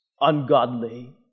ungodly